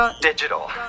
Digital